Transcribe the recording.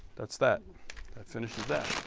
that's that. that finishes that.